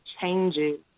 changes